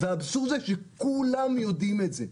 והאבסורד זה שכולם יודעים את זה.